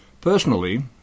Personally